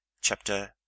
chapter